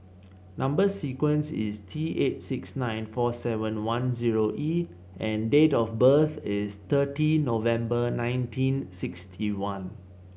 number sequence is T eight six nine four seven one zero E and date of birth is thirty November nineteen sixty one